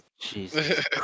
Jesus